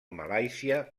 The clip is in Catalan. malàisia